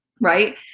right